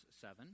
seven